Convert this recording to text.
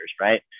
right